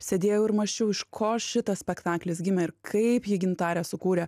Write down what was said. sėdėjau ir mąsčiau iš ko šitas spektaklis gimė ir kaip jį gintarė sukūrė